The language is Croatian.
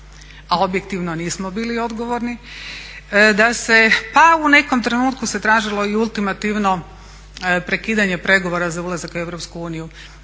a objektivno nismo bili odgovorni, da se pa u nekom trenutku se tražilo i ultimativno prekidanje pregovora za ulazak u EU.